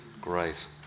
Great